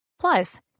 Plus